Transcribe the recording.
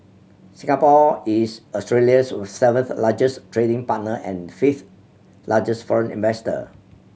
Singapore is Australia's seventh largest trading partner and fifth largest foreign investor